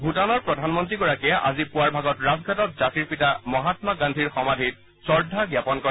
ভুটানৰ প্ৰধানমন্ত্ৰীগৰাকীয়ে আজি পুৱাৰ ভাগত ৰাজঘাটত থকা জাতিৰ পিতা মহামা গান্ধীৰ সমাধিত শ্ৰদ্ধা জ্ঞাপন কৰে